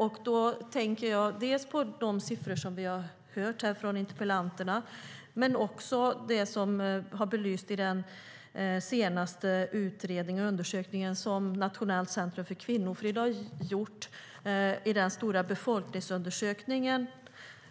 Jag tänker dels på de siffror vi har hört från interpellanterna, dels på de frågor som har belysts i undersökningen som Nationellt centrum för kvinnofrid har gjort. Det var i samband med den stora befolkningsundersökningen